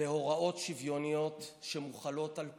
בהוראות שוויוניות שמוחלות על כולם,